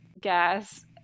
gas